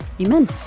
Amen